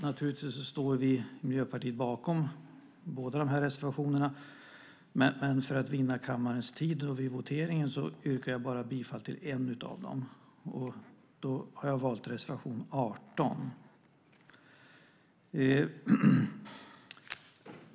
Naturligtvis står Miljöpartiet bakom båda dessa reservationer, men för att spara tid vid voteringen yrkar jag bifall till bara en av dem, och då har jag valt reservation 18.